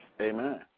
Amen